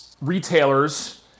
retailers